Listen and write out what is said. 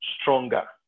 stronger